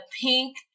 pink